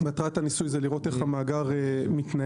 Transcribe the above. מטרת הניסוי זה לראות איך המאגר מתנהג,